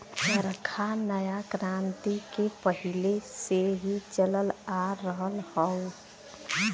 चरखा नया क्रांति के पहिले से ही चलल आ रहल हौ